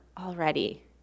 already